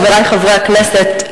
חברי חברי הכנסת,